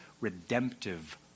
redemptive